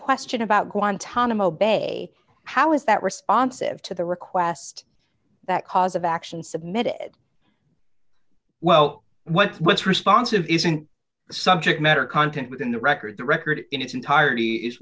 question about kuantan i'm obey how is that responsive to the request that cause of action submitted well what's what's responsive isn't subject matter content within the record the record in its entirety is